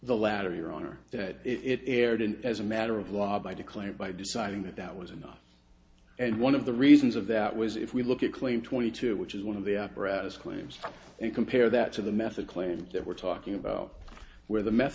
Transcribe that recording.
the latter your honor that it wouldn't as a matter of law by declared by deciding that that was enough and one of the reasons of that was if we look at claim twenty two which is one of the apparatus claims and compare that to the method claim that we're talking about where the met